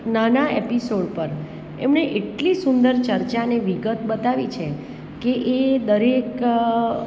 નાના એપિસોડ પર એમણે એટલી સુંદર ચર્ચા અને વિગત બતાવી છે કે એ દરેક